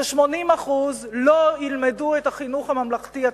ש-80% לא ילמדו את החינוך הממלכתי הציבורי.